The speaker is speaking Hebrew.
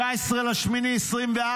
ב-19 באוגוסט 2024: